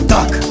Duck